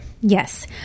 Yes